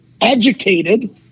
educated